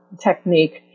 technique